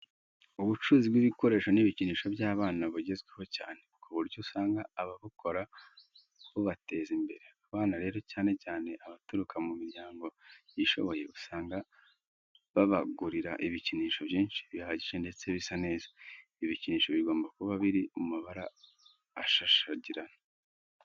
Ubucuruzi bw'ibikoresho n'ibikinisho by'abana bugezweho cyane, ku buryo usanga ababukora bubateza imbere. Abana rero cyane cyane abaturuka mu miryango yishoboye usanga babagurira ibikinisho byinshi bihagije ndetse bisa neza. Ibi bikinisho bigomba kuba biri mu mabara ashashagirana.